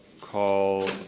call